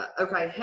ah okay!